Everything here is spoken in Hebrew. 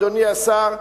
אדוני השר,